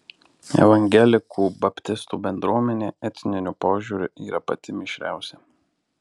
evangelikų baptistų bendruomenė etniniu požiūriu yra pati mišriausia